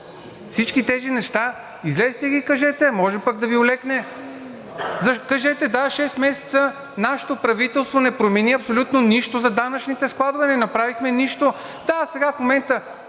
Всички тези неща излезте и ги кажете, може пък да Ви олекне. Кажете: да, шест месеца нашето правителство не промени абсолютно нищо за данъчните складове, не направихме нищо. А сега в момента,